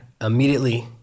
immediately